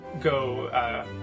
go